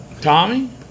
Tommy